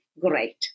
great